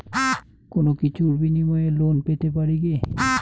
কোনো কিছুর বিনিময়ে লোন পেতে পারি কি?